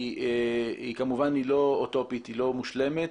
כמובן היא לא מושלמת.